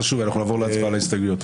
ואנחנו נעבור להצבעה על ההסתייגויות.